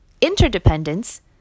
Interdependence